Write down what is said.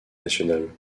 nationales